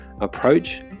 approach